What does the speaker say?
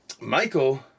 Michael